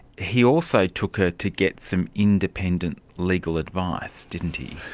he also took her to get some independent legal advice, didn't he?